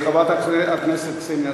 אפילו באופן אישי,